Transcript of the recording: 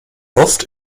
oft